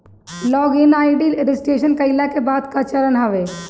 log in ID registration कईला के बाद कअ चरण हवे